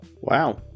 wow